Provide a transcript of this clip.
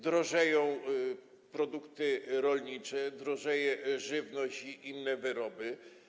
Drożeją produkty rolnicze, drożeją żywność i inne wyroby.